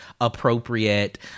appropriate